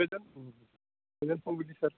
गोजोन गोजोन फुंबिलि सार